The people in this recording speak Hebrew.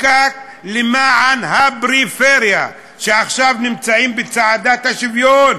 חוקק למען הפריפריה, שעכשיו נמצאת בצעדת השוויון.